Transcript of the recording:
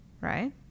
Right